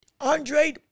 Andre